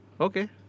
Okay